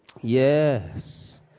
Yes